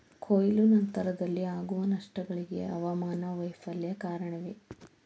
ಕೊಯ್ಲು ನಂತರದಲ್ಲಿ ಆಗುವ ನಷ್ಟಗಳಿಗೆ ಹವಾಮಾನ ವೈಫಲ್ಯ ಕಾರಣವೇ?